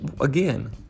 again